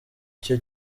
cyo